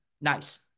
Nice